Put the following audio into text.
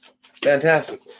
Fantastic